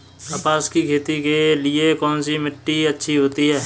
कपास की खेती के लिए कौन सी मिट्टी अच्छी होती है?